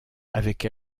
avec